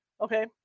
Okay